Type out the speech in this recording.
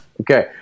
Okay